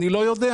אני לא יודע.